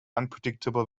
unpredictable